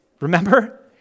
Remember